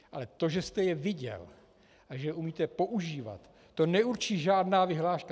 Ale to, že jste je viděl a že je umíte používat, to neurčí žádná vyhláška.